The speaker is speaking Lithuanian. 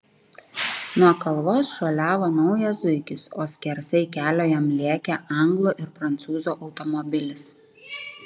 nuo kalvos šuoliavo naujas zuikis o skersai kelio jam lėkė anglo ir prancūzo automobilis